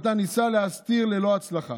שאותו ניסה להסתיר ללא הצלחה.